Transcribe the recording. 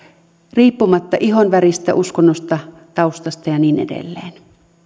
riippumatta ihonväristä uskonnosta taustasta ja niin edelleen